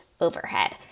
overhead